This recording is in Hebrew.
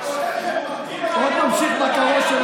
עוד ממשיך הכרוז של